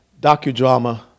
docudrama